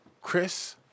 Chris